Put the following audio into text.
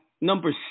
number